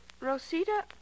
Rosita